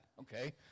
okay